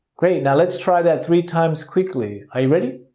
great. now let's try that three times quickly. are you ready?